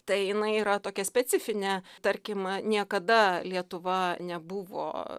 tai jinai yra tokia specifinė tarkim niekada lietuva nebuvo